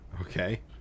Okay